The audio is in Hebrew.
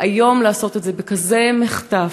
והיום לעשות את זה בכזה מחטף,